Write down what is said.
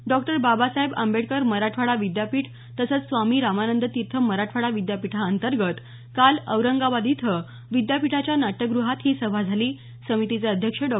डॉ बाबासाहेब आंबेडकर मराठवाडा विद्यापीठ तसंच स्वामी रामानंद तीर्थ मराठवाडा विद्यापीठांतर्गत काल औरंगाबाद इथं विद्यापीठाच्या नाट्यग्रहात ही सभा झाली समितीचे अध्यक्ष डॉ